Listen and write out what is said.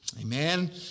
Amen